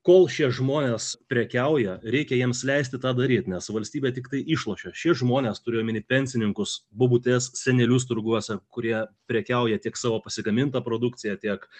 kol šie žmonės prekiauja reikia jiems leisti tą daryt nes valstybė tiktai išlošia šie žmonės turiu omeny pensininkus bobutes senelius turguose kurie prekiauja tiek savo pasigaminta produkcija tiek